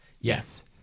Yes